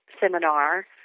seminar